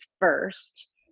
first